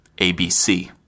ABC